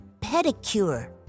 pedicure